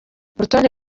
urutonde